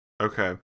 Okay